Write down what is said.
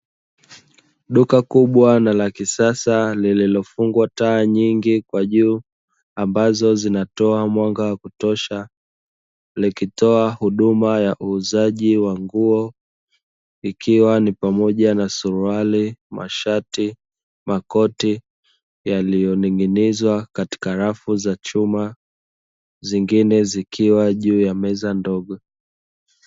Duka kubwa na la kisasa lililofungwa bidhaa nyingi kwa juu ambazo zinatoa mwanga wa kutosha likitoa huduma ya uuzaji wa nguo ikiwa ni pamoja na suruali, mashati, makati yaliyoning’inizwa katika rafu za chuma zingine zikiwa juu ya meza ndogo.